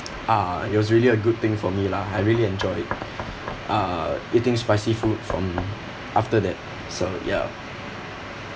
uh it was really a good thing for me lah I really enjoy uh eating spicy food from after that so ya